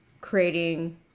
creating